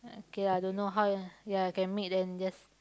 okay I don't know how ya can make then just